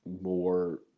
more